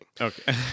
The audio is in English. Okay